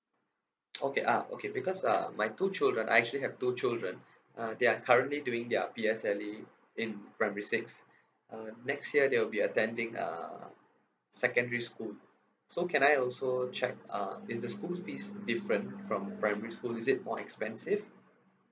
okay ah okay because uh my two children I actually have two children uh they are currently doing their P_S_L_E in primary six uh next year they will be attending uh secondary school so can I also check uh is the school fees different from primary school is it more expensive